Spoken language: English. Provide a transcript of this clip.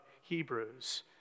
Hebrews